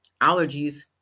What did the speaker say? allergies